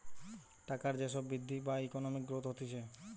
টাকার যে সব বৃদ্ধি বা ইকোনমিক গ্রোথ হতিছে